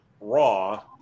Raw